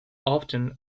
often